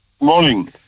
Morning